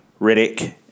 Riddick